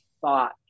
thought